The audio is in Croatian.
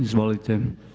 Izvolite.